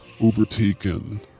overtaken